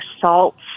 salts